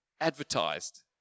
advertised